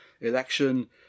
election